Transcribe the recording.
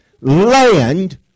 land